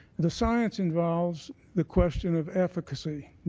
the science involves the question of efficacy.